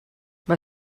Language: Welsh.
mae